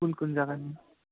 कुन कुन जग्गामा